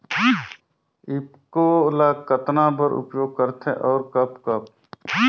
ईफको ल कतना बर उपयोग करथे और कब कब?